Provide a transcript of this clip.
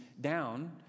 down